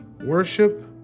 Worship